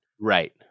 Right